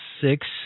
six